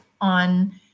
on